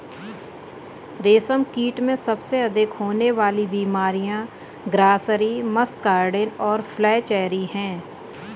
रेशमकीट में सबसे अधिक होने वाली बीमारियां ग्रासरी, मस्कार्डिन और फ्लैचेरी हैं